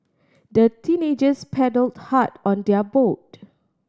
the teenagers paddled hard on their boat